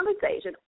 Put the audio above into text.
conversation